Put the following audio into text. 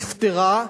נפטרה,